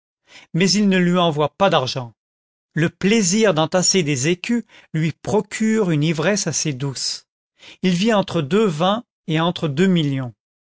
mais il ne lui envoie pas d'argent le plaisir d'entasser des écus lui procure une ivresse assez douce il vit entre deux vins et eutre deux millions